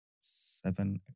seven